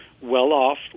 well-off